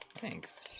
Thanks